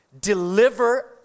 deliver